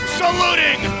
saluting